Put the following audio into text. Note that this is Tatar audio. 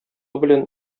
белән